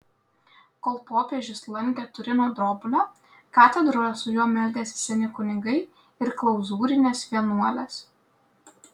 kol popiežius lankė turino drobulę katedroje su juo meldėsi seni kunigai ir klauzūrinės vienuolės